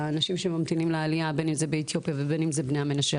האנשים שממתינים לעלייה בין אם זה באתיופיה ובין אם זה בני המנשה.